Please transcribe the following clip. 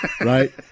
right